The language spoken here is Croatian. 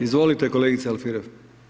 Izvolite kolegice Alfirev.